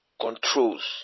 controls